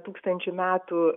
tūkstančių metų